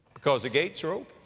because the gates are um